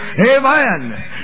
Amen